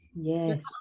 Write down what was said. Yes